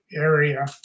area